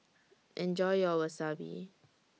Enjoy your Wasabi